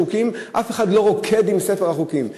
אף אחד לא רוקד עם ספר החוקים.